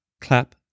clap